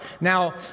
Now